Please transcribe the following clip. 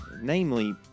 Namely